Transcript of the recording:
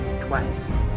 twice